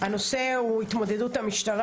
ה-9 במאי 2022. על סדר היום: התמודדות המשטרה